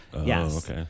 Yes